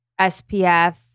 SPF